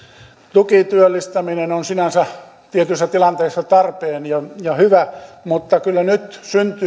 tukityöllistäminen on sinänsä tietyissä tilanteissa tarpeen ja hyvä mutta kyllä nyt syntyy